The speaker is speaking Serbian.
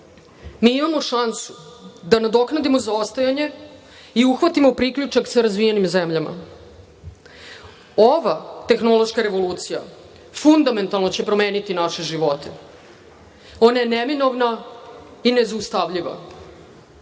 mi imamo šansu da nadoknadimo zaostajanje i uhvatimo priključak sa razvijenim zemljama. Ova tehnološka revolucija fundamentalno će promeniti naše živote. Ona je neminovna i nezaustavljiva.